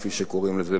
כפי שקוראים לזה,